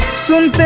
some